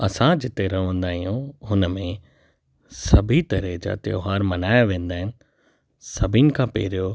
असां जिते रहंदा आहियूं हुन में सभी तरह जा त्योहार मल्हायां वेंदा आहिनि सभिनि खां पहिरियों